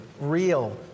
real